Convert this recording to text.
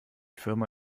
firma